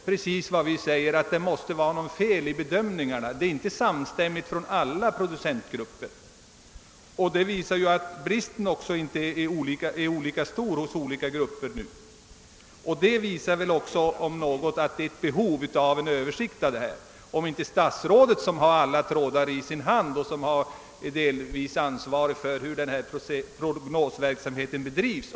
Allt detta visar att det måste vara något fel i bedömningen — den är inte samstämmig inom och mellan alla producentgrupper. Bristen på elkraft är dessutom nu olika stor inom olika grupper. Frågan om elkraftförsörjningen behöver därför utredas. Att statsrådet Wickman inte är av den åsikten är ganska naturligt — han har alla trådar i sin hand och är delvis ansvarig för hur prognosverksamheten bedrivs.